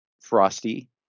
frosty